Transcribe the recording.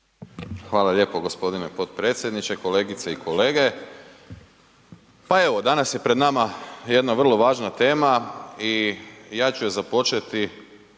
Hvala lijepo gospodine potpredsjedniče, kolegice i kolege. Pa evo danas je pred nama jedna vrlo važna tema i ja ću je započeti